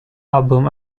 album